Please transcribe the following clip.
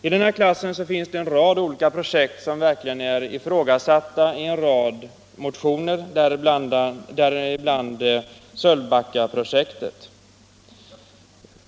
I denna klass finns en rad olika projekt som är ifrågasatta i en rad motioner, däribland Sölvbackaprojektet.